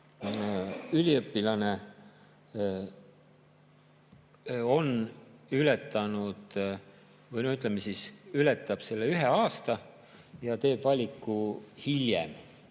üliõpilane on ületanud või ületab selle ühe aasta ja teeb valiku hiljem.